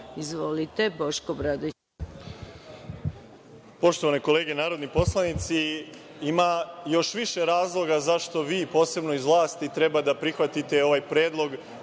**Boško Obradović** Poštovane kolege narodni poslanici, ima još više razloga zašto vi posebno iz vlasti treba da prihvatite ovaj predlog